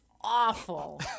awful